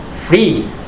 free